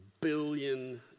billion